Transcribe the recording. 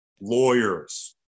lawyers